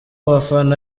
bafana